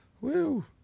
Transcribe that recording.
Woo